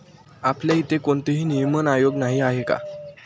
आपल्या इथे कोणतेही नियमन आयोग नाही आहे का?